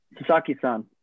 Sasaki-san